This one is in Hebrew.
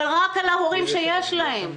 אבל רק על ההורים שיש להם.